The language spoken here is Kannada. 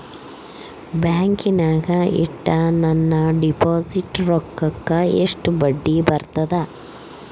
ಬ್ಯಾಂಕಿನಾಗ ಇಟ್ಟ ನನ್ನ ಡಿಪಾಸಿಟ್ ರೊಕ್ಕಕ್ಕ ಎಷ್ಟು ಬಡ್ಡಿ ಬರ್ತದ?